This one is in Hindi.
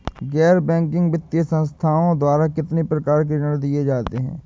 गैर बैंकिंग वित्तीय संस्थाओं द्वारा कितनी प्रकार के ऋण दिए जाते हैं?